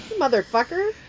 motherfucker